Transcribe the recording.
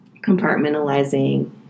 compartmentalizing